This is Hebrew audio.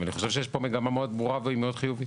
ואני חושב שיש פה מגמה מאוד ברורה והיא מאוד חיובית.